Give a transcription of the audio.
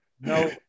No